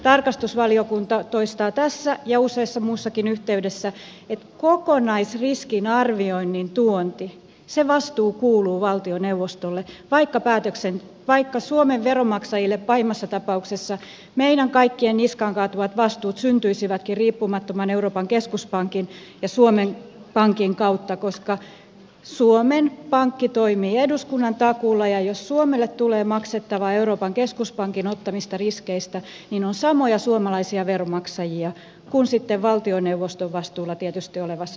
tarkastusvaliokunta toistaa tässä ja useassa muussakin yhteydessä että kokonaisriskin arvioinnin tuonnin vastuu kuuluu valtioneuvostolle vaikka suomen veronmaksajien pahimmassa tapauksessa meidän kaikkien niskaan kaatuvat vastuut syntyisivätkin riippumattoman euroopan keskuspankin ja suomen pankin kautta koska suomen pankki toimii eduskunnan takuulla ja jos suomelle tulee maksettavaa euroopan keskuspankin ottamista riskeistä niin ne ovat samoja suomalaisia veronmaksajia kuin sitten valtioneuvoston vastuulla tietysti olevassa budjettipolitiikassa